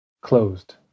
closed